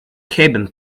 cabin